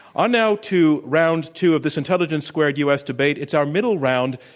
on now to round two of this intelligence squared us debate, it's our middle round,